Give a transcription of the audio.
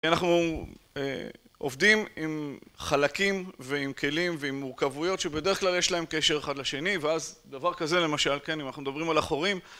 אנחנו עובדים עם חלקים ועם כלים ועם מורכבויות שבדרך כלל יש להם קשר אחד לשני ואז דבר כזה למשל, כן אם אנחנו מדברים על החורים